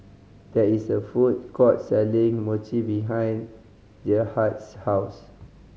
there is a food court selling Mochi behind Gerhard's house